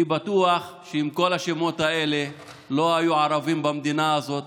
אני בטוח שאם כל השמות האלה לא היו ערבים במדינה הזאת,